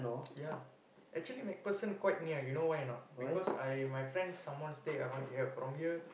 yeah actually MacPherson quite near you know why or not because I my friend some more stay around here from here